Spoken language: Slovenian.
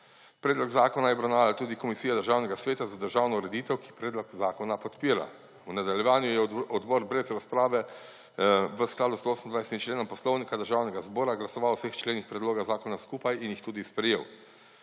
Predlog zakona je obravnavala tudi Komisija Državnega sveta za državno ureditev, ki predlog zakona podpira. V nadaljevanju je odbor brez razprave v skladu s 128. členom Poslovnika Državnega zbora glasoval o vseh členih predloga zakona skupaj in jih tudi sprejel.